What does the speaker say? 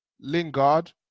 Lingard